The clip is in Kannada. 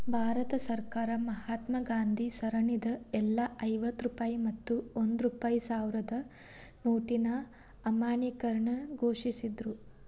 ಭಾರತ ಸರ್ಕಾರ ಮಹಾತ್ಮಾ ಗಾಂಧಿ ಸರಣಿದ್ ಎಲ್ಲಾ ಐವತ್ತ ರೂ ಮತ್ತ ಒಂದ್ ರೂ ಸಾವ್ರದ್ ನೋಟಿನ್ ಅಮಾನ್ಯೇಕರಣ ಘೋಷಿಸಿದ್ರು